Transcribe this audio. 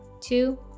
two